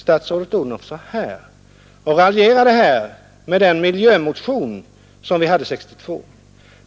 Statsrådet Odhnoff raljerade över den miljömotion som vi väckte 1962 och